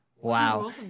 Wow